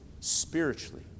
spiritually